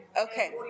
Okay